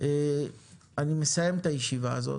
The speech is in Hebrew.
אני מסיים את הישיבה הזאת,